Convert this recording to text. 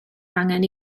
angen